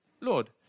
lord